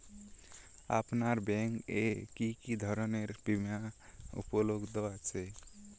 আপনার ব্যাঙ্ক এ কি কি ধরনের বিমা উপলব্ধ আছে?